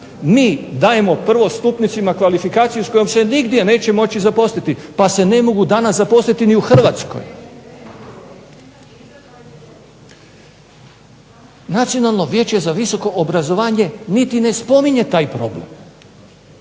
Mi dajemo prvostupnicima kvalifikaciju s kojom se nigdje neće moći zaposliti, pa se ne mogu danas zaposliti ni u Hrvatskoj. Nacionalno vijeće za visoko obrazovanje niti ne spominje taj problem,